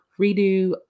redo